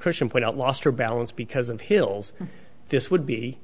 christian point out lost her balance because of hills this would be